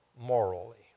morally